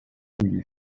lui